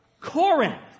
Corinth